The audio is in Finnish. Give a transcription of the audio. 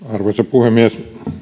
puhemies